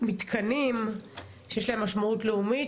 מתקנים שיש להם משמעות לאומית,